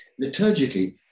Liturgically